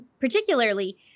particularly